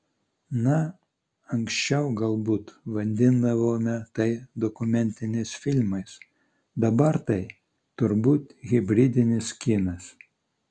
na anksčiau galbūt vadindavome tai dokumentiniais filmais dabar tai turbūt hibridinis kinas